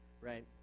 right